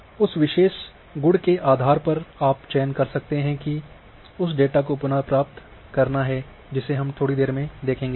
उस विशेष गुण के आधार पर आप चयन कर सकते हैं और उस डेटा को पुनः प्राप्त कर सकते है जिसे हम थोड़ी देर बाद देखेंगे